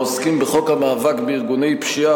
העוסקים בחוק המאבק בארגוני פשיעה,